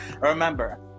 Remember